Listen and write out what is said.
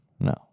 No